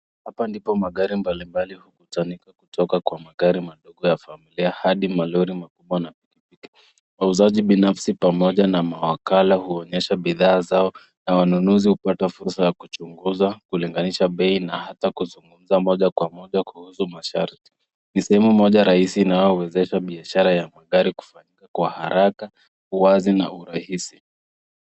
Hapa ndipo magari mbalimali hukutania kutoka kwa magari madogo ya familia hadi malori makubwa na pikipiki. Wauzaji binafsi pamoja na mawakala huonyesha bidhaa zao na wanunuzi hupata fursa ya kuchunguza, kulinganisha bei na hata kuzungumza moja kwa moja kuhusu masharti. Ni sehemu moja rahisi inayowezesha biashara ya magari kufanyika kwa haraka, wazi, na urahisi.